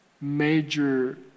major